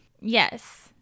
yes